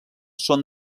són